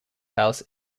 house